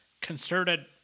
concerted